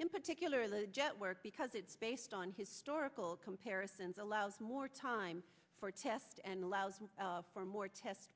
in particular jet work because it's based on historical comparisons allows more time for test and allows for more test